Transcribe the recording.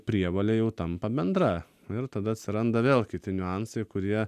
prievolė jau tampa bendra ir tada atsiranda vėl kiti niuansai kurie